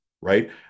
right